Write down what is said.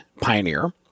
Pioneer